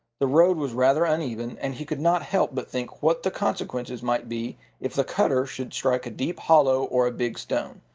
the road was rather uneven, and he could not help but think what the consequences might be if the cutter should strike a deep hollow or a big stone.